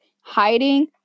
hiding